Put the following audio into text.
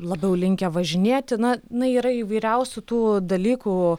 labiau linkę važinėti na na yra įvairiausių tų dalykų